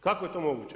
Kako je to moguće?